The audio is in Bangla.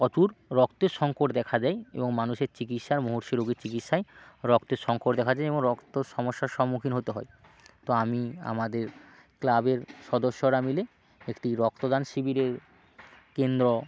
প্রচুর রক্তের সঙ্কট দেখা দেয় এবং মানুষের চিকিৎসার মুমূর্ষু রোগের চিকিৎসায় রক্তের সঙ্কট দেখা যায় এবং রক্ত সমস্যার সম্মুখীন হতে হয় তো আমি আমাদের ক্লাবের সদস্যরা মিলে একটি রক্তদান শিবিরের কেন্দ্র